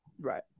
Right